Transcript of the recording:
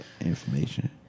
information